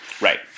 Right